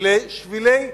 לשבילי אופניים,